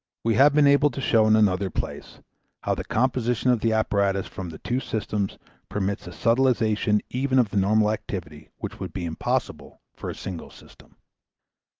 we have been able to show in another place how the composition of the apparatus from the two systems permits a subtilization even of the normal activity which would be impossible for a single system.